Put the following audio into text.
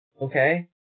Okay